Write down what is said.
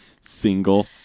single